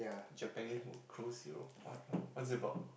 Japanese crow zero what what's it about